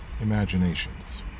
imaginations